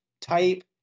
type